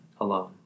alone